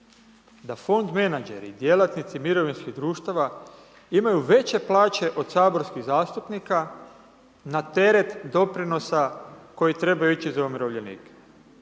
da fond menadžeri, djelatnici mirovinskih društava, imaju veće plaće od saborskih zastupnika na teret doprinosa koji trebaju ići za umirovljenike.